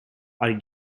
are